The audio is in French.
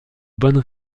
bonnes